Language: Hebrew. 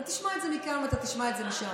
אתה תשמע את זה מכאן ואתה תשמע את זה משם.